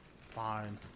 Fine